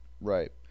Right